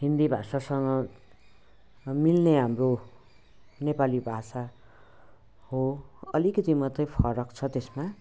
हिन्दी भाषासँग मिल्ने हाम्रो नेपाली भाषा हो अलिकति मात्रै फरक छ त्यसमा